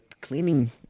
cleaning